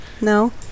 no